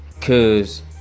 Cause